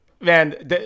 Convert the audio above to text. man